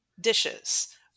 dishes